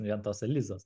vien tos elizos